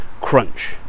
crunch